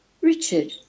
Richard